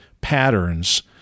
patterns